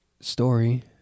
story